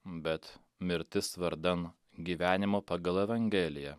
bet mirtis vardan gyvenimo pagal evangeliją